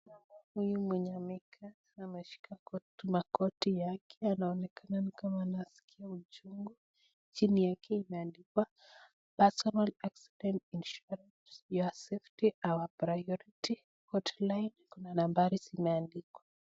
Mama mwenye amekaa ameshika magoti yake, anaonekana ni kama anasikia uchungu. Chini yake imeandikwa cs[ 'Personal Accident Insurance', 'Your Safety ,Our Priority','Hotline']cs kuna nambari zimeandikwa.